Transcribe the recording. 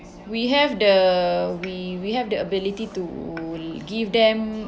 we have the we we have the ability to give them